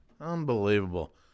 Unbelievable